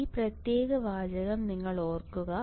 ഈ പ്രത്യേക വാചകം നിങ്ങൾ ശ്രദ്ധിക്കണം